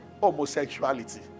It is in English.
homosexuality